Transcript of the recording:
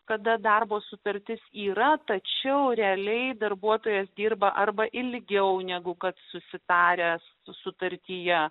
kada darbo sutartis yra tačiau realiai darbuotojas dirba arba ilgiau negu kad susitaręs sutartyje